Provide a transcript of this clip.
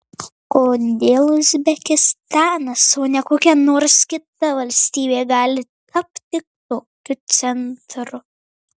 kodėl uzbekistanas o ne kokia nors kita valstybė gali tapti tokiu centru